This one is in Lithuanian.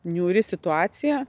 niūri situacija